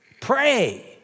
pray